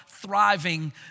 thriving